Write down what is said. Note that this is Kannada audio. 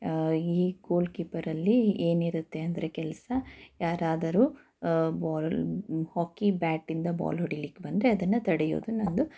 ಈ ಗೋಲ್ ಕೀಪರಲ್ಲಿ ಏನಿರತ್ತೆ ಅಂದರೆ ಕೆಲಸ ಯಾರಾದರೂ ಬಾಲ್ ಹಾಕಿ ಬ್ಯಾಟಿಂದ ಬಾಲ್ ಹೊಡಿಲಿಕ್ಕೆ ಬಂದರೆ ಅದನ್ನು ತಡೆಯೋದು ನನ್ನದು